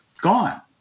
gone